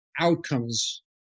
outcomes